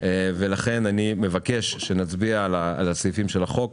לכן אני מבקש שנצביע על הסעיפים של החוק